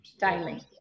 daily